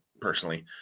personally